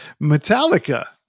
Metallica